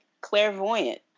clairvoyant